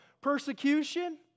persecution